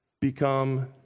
become